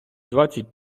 двадцять